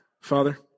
Father